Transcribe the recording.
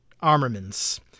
armaments